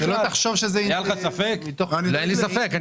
אין לי ספק.